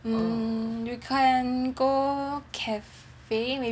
mm we can go cafe